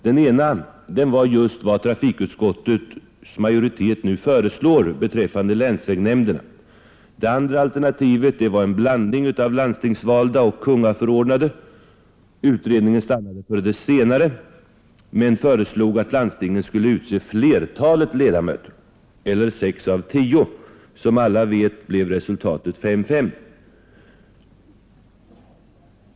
Det ena var just vad trafikutskottet nu föreslår beträffande länsvägnämnden. Det andra alternativet var en blandning av landstingsvalda och ”kungaförordnade”. Utredningen stannade för det senare alternativet men föreslog att landstinget skulle utse flertalet ledamöter — eller sex av tio. Som alla vet blev resultatet fem — fem.